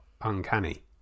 uncanny